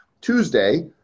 Tuesday